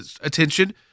attention